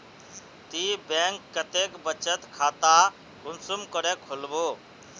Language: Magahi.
ती बैंक कतेक बचत खाता कुंसम करे खोलबो?